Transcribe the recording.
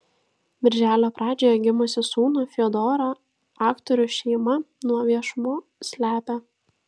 birželio pradžioje gimusį sūnų fiodorą aktorių šeima nuo viešumo slepia